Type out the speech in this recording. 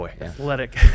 athletic